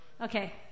Okay